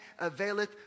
availeth